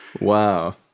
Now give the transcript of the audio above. Wow